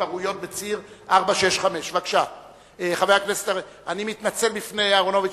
התפרעויות בציר 465. אני מתנצל בפני השר אהרונוביץ,